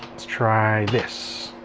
let's try this.